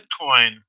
Bitcoin